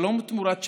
שלום תמורת שלום,